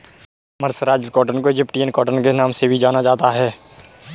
mercerised cotton को Egyptian cotton के नाम से भी जाना जाता है